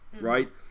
Right